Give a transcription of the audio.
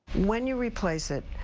when you replace it,